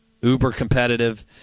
uber-competitive